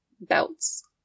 belts